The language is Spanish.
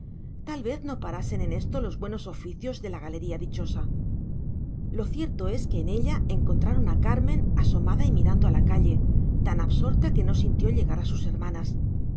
tal vez no parasen en esto los buenos oficios de la galería dichosa lo cierto es que en ella encontraron a carmen asomada y mirando a la calle tan absorta que no sintió llegar a sus hermanas